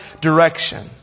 direction